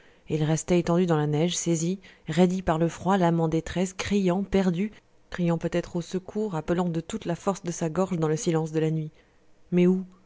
et il restait étendu dans la neige saisi raidi par le froid l'âme en détresse perdu criant peut-être au secours appelant de toute la force de sa gorge dans le silence de la nuit mais où